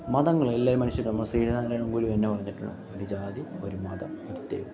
മതങ്ങൾ എല്ലാവരും മനുഷ്യരാണ് ശ്രീനാരായണഗുരു തന്നെ പറഞ്ഞിട്ടുണ്ട് ഒരു ജാതി ഒരു മതം ഒരു ദൈവം